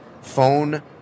Phone